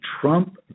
Trump